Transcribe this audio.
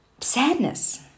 sadness